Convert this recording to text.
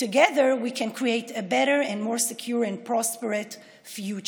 יחד נוכל ליצור עתיד טוב יותר ובטוח ומשגשג יותר.)